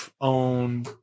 own